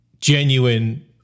genuine